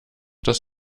das